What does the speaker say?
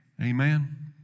Amen